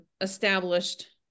established